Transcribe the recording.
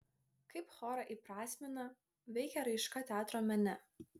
kaip chorą įprasmina veikia raiška teatro mene